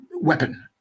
weapon